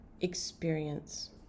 experience